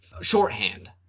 shorthand